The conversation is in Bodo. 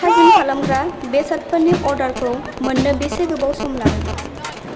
थाजिम खालामग्रा बेसादफोरनि अर्डारखौ मोननो बेसे गोबाव सम लागोन